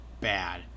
bad